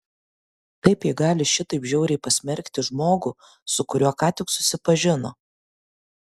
kaip ji gali šitaip žiauriai pasmerkti žmogų su kuriuo ką tik susipažino